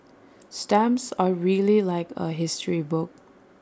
stamps are really like A history book